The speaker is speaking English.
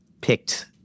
picked